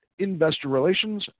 InvestorRelations